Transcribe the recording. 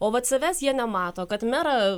o vat savęs jie nemato kad merą